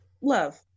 love